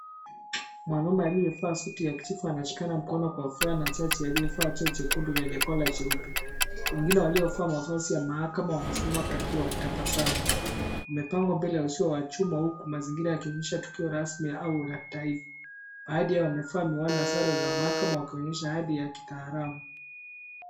Mwanaume aliyevaa suti ya kijivu anashikana mkono kwa furaha na jaji aliyevaa nguo jekundu yenye kola jeupe. Wengine waliovaa mavazi ya mahakama wanasimama karibu wakitabasamu. Wamepangwa mbele ya uzio wa chuma huku mazingira yakionyesha tukio rasmi au la kitaifa. Baadhi yao wamevaa miwani na sare za mahakama wakionyesha hali ya kitaalamu.